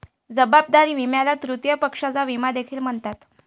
जबाबदारी विम्याला तृतीय पक्षाचा विमा देखील म्हणतात